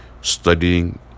studying